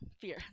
fear